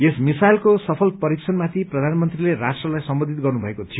यस मिसाइलको सफल परीक्षण पछि प्रधानमन्त्रीले राष्ट्रलाई सम्बोधित गर्नुभएको थियो